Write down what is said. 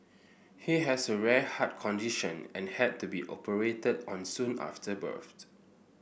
he has a rare heart condition and had to be operated on soon after birth